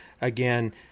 again